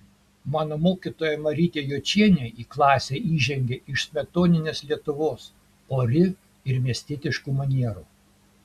mano mokytoja marytė jočienė į klasę įžengė iš smetoninės lietuvos ori ir miestietiškų manierų